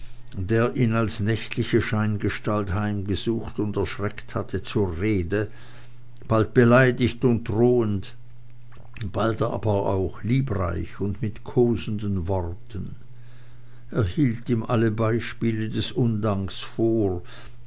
der ihn als nächtliche scheingestalt heimgesucht und erschreckt hatte zur rede bald beleidigt und drohend bald aber auch liebreich mit kosenden worten er hielt ihm alle beispiele des undankes vor